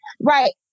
Right